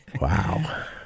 Wow